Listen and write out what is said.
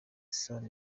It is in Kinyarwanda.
sam